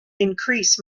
increase